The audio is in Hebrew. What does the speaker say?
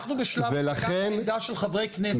אנחנו בשלב --- של חברי כנסת.